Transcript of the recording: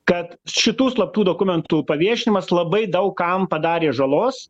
kad šitų slaptų dokumentų paviešinimas labai daug kam padarė žalos